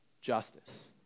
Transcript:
justice